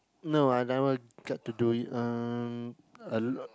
no I never get to do it um a lot